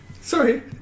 Sorry